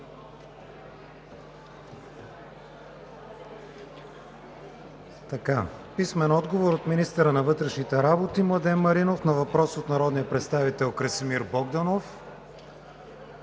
Писмени отговори от: - министъра на вътрешните работи Младен Маринов на въпрос от народния представител Красимир Богданов;